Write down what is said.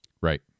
right